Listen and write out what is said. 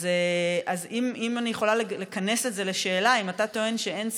אז אם אני יכולה לכנס את זה לשאלה: אם אתה טוען שאין סגירה,